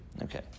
Okay